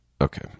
Okay